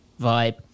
vibe